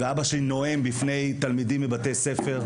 אבא שלי נואם בפני תלמידים בבתי ספר.